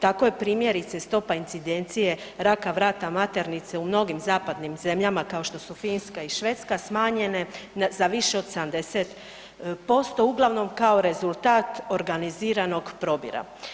Tako je primjerice stopa incidencije raka vrata maternice u mnogim zapadnim zemljama kao što su Finska i Švedska smanjene za više od 70% uglavnom kao rezultat organiziranog probira.